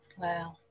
Wow